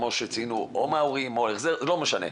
שציינו או מההורים או ההחזר, לא משנה.